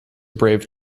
brave